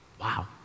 wow